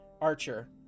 Archer